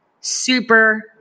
super